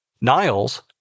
Niles